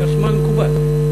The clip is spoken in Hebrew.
מה מקובל?